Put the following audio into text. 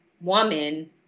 woman